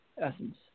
essence